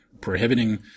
prohibiting